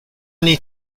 need